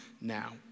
now